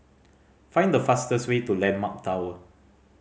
find the fastest way to Landmark Tower